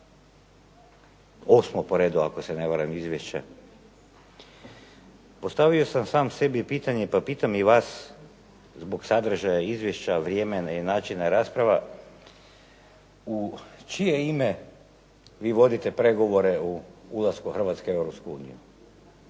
8. po redu ako se ne varam izvješće, postavio sam sam sebi pitanje pa pitam i vas zbog sadržaja izvješća, vremena i načina rasprava, u čije ime vi vodite pregovore ulaska Hrvatske u